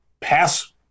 pass